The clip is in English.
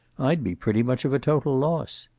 i'd be pretty much of a total loss.